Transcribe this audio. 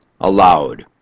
allowed